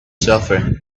suffering